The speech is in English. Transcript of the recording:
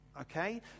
okay